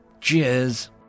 Cheers